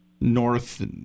North